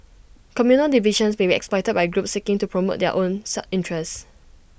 communal divisions may be exploited by groups seeking to promote their own sad interests